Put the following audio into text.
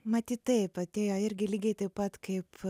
matyt taip atėjo irgi lygiai taip pat kaip